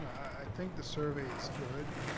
i think the survey is good.